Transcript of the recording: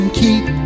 keep